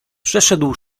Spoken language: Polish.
przeszedł